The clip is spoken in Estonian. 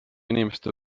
inimeste